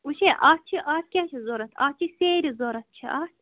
وٕچھے اَتھ چھُ اَتھ کیٛاہ چھُ ضوٚرَتھ اَتھ چھِ سیرِ ضوٚرَتھ چھِ اَتھ